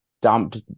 dumped